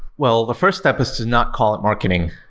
well, the first step is to not call it marketing.